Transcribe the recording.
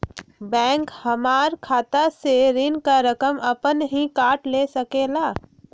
Bank हमार खाता से ऋण का रकम अपन हीं काट ले सकेला?